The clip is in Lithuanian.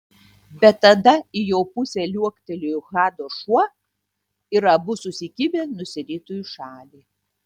bet tada į jo pusę liuoktelėjo hado šuo ir abu susikibę nusirito į šalį